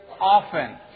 often